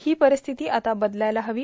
ही परिस्थिती आता बदलायला हवी